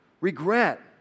regret